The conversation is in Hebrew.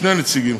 שני נציגים,